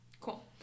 Cool